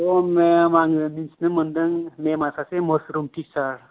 श' मेम आंङो मिथिनो मोनदों मेम आ सासे मसरुम टिचार